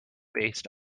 based